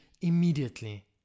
immediately